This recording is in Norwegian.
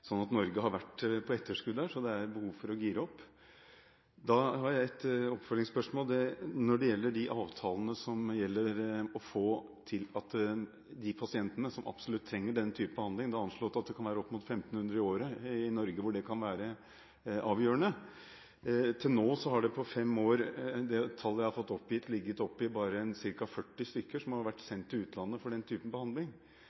så det er behov for å gire opp. Jeg har et oppfølgingsspørsmål når det gjelder disse avtalene. Det er anslått at det kan være opp mot 1 500 pasienter i året i Norge som absolutt trenger denne type behandling, og hvor det kan være avgjørende. Til nå har det på fem år bare vært ca. 40 personer som har blitt sendt til utlandet for den type behandling – det er det tallet jeg har fått oppgitt.